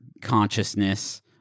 consciousness